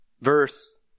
verse